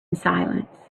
silence